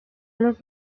los